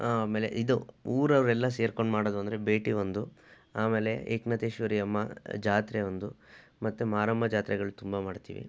ಆಮೇಲೆ ಇದು ಊರವರೆಲ್ಲ ಸೇರ್ಕೊಂಡು ಮಾಡೋದು ಅಂದರೆ ಭೇಟಿ ಒಂದು ಆಮೇಲೆ ಏಕನಾಥೇಶ್ವರಿ ಅಮ್ಮ ಜಾತ್ರೆ ಒಂದು ಮತ್ತೆ ಮಾರಮ್ಮ ಜಾತ್ರೆಗಳು ತುಂಬ ಮಾಡ್ತೀವಿ